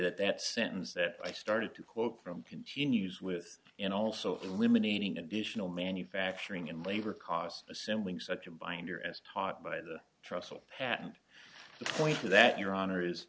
that that sentence that i started to quote from continues with and also eliminating additional manufacturing and labor costs assembling such a binder as taught by the trussell patent the point that your honor is